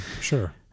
sure